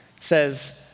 says